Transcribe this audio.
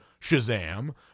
Shazam